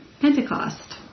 Pentecost